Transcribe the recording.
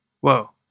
Whoa